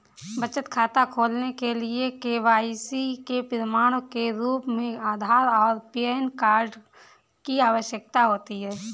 बचत खाता खोलने के लिए के.वाई.सी के प्रमाण के रूप में आधार और पैन कार्ड की आवश्यकता होती है